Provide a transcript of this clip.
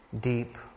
deep